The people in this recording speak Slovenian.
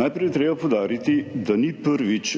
Najprej je treba poudariti, da ni prvič,